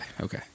Okay